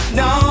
no